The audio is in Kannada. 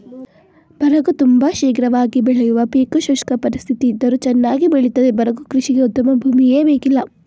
ಬರಗು ತುಂಬ ಶೀಘ್ರವಾಗಿ ಬೆಳೆಯುವ ಪೀಕು ಶುಷ್ಕ ಪರಿಸ್ಥಿತಿಯಿದ್ದರೂ ಚನ್ನಾಗಿ ಬೆಳಿತದೆ ಬರಗು ಕೃಷಿಗೆ ಉತ್ತಮ ಭೂಮಿಯೇ ಬೇಕಿಲ್ಲ